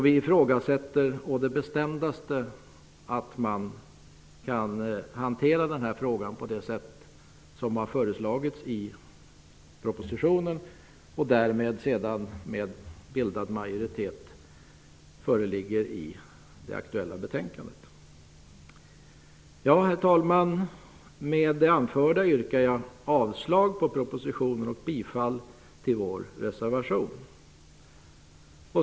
Vi ifrågasätter å det bestämdaste att man kan hantera den här frågan på det sätt som har föreslagits i propositionen och som senare en bildad majoritet föreslår i det aktuella betänkandet. Herr talman! Med det anförda yrkar jag avslag på propositionens förslag och bifall till vår reservation.